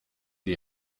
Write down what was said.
die